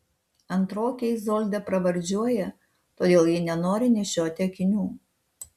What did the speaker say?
antrokę izoldą pravardžiuoja todėl ji nenori nešioti akinių